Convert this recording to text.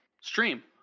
stream